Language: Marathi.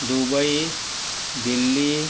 दुबई दिल्ली